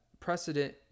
Precedent